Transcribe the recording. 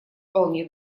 вполне